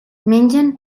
mengen